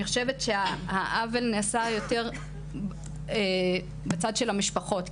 אני חושבת שהעוול נעשה יותר בצד של המשפחות,